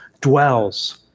dwells